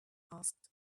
asked